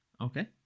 Okay